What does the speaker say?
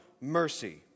mercy